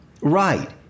Right